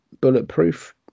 bulletproof